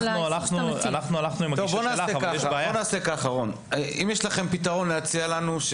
אם יש לכם פתרון להציע לנו,